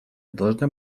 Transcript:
должна